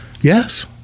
Yes